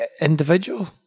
individual